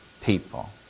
people